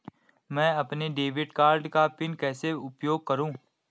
मैं अपने debit card का पिन कैसे उपयोग करूँ?